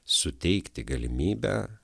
suteikti galimybę